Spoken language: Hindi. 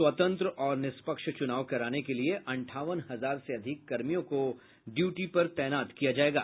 स्वतंत्र और निष्पक्ष चूनाव कराने के लिए अंठावन हजार से अधिक कर्मियों को ड्यूटी पर तैनात किया जायेगा